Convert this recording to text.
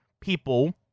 people